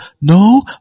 No